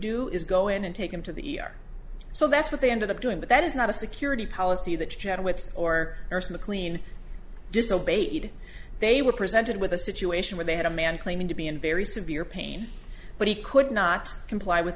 do is go in and take him to the e r so that's what they ended up doing but that is not a security policy that chadwick's or mclean disobeyed they were presented with a situation where they had a man claiming to be in very severe pain but he could not comply with